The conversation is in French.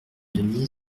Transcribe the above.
denise